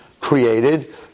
created